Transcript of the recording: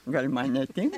gal man netinka